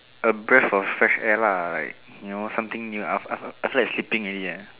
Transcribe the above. a breath of fresh air lah like you know something new I feel I feel like sleeping already eh